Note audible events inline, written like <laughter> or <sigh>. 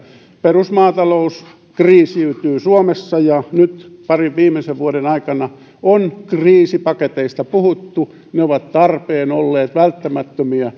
perusmaatalous kriisiytyy suomessa ja nyt parin viimeisen vuoden aikana on kriisipaketeista puhuttu ne ovat tarpeen olleet välttämättömiä <unintelligible>